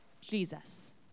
Jesus